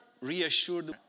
reassured